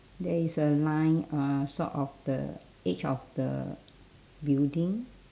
there is a line uh sort of the edge of the building